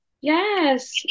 Yes